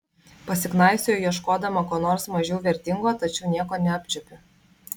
pasiknaisioju ieškodama ko nors mažiau vertingo tačiau nieko neapčiuopiu